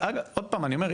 עוד פעם אני אומר,